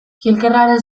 kilkerraren